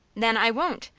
then, i won't!